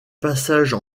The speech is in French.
passages